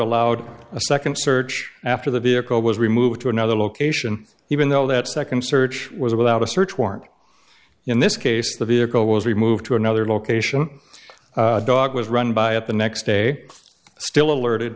allowed a second search after the vehicle was removed to another location even though that second search was without a search warrant in this case the vehicle was removed to another location dog was run by at the next day still alerted